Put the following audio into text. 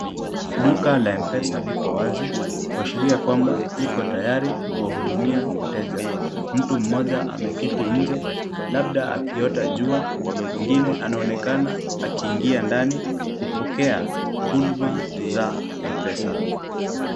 Duka la M-Pesa lipo wazi, kuashiria kwamba liko tayari kuahudumia wateja. Mtu mmoja ameketi nje, labda akiota jua, mwingine anaonekana akiingia ndani kupokea huduma za M-Pesa.